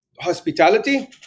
hospitality